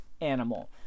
animal